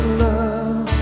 love